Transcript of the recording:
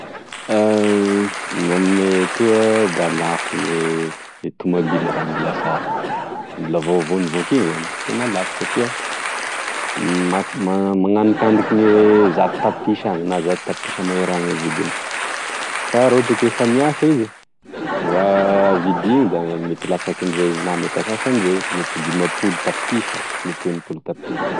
gn'aminay etoa da lafo gne tomobila raha mbola sara mbola vaovao nivoaka iny zany tena lafo satria mak- mananikanike zato tapitrisa any na zato tapitrisa mahery any gne vidiny fa raha ohatry ka efa niasa izy va vidigny da mety lasakin'zay na asasan'izay mety dimapolo tapitrisa mety enipolo tapitrisa